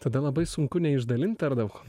tada labai sunku neišdalint per daug